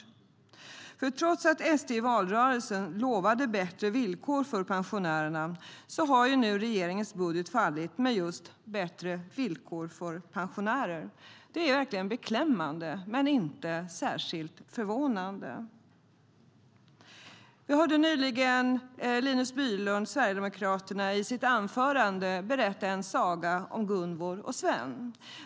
Trots att SD i valrörelsen lovade bättre villkor för pensionärerna har nu regeringens budget, med just bättre villkor för pensionärer, fallit. Det är verkligen beklämmande, men inte särskilt förvånande. Vi hörde nyligen Linus Bylund från Sverigedemokraterna i sitt anförande berätta en saga om Gunvor och Sven.